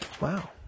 Wow